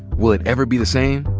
will it ever be the same?